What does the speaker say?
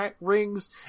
rings